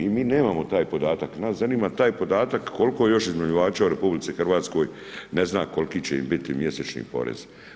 I mi nemamo taj podataka, nas zanima taj podatak koliko još iznajmljivača u RH ne zna koliki će im biti mjesečni porez.